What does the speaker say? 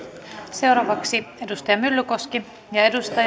seuraavaksi edustaja myllykoski ja edustaja